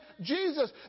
Jesus